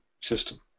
system